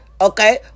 okay